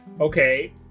Okay